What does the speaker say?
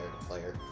player